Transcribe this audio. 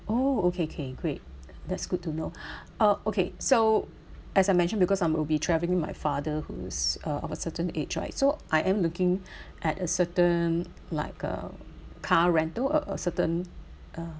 oh okay k great that's good to know uh okay so as I mentioned because I'm will be traveling with my father whose uh of a certain age right so I am looking at a certain like a car rental or a certain uh